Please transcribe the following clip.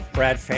Brad